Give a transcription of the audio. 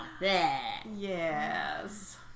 Yes